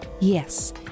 Yes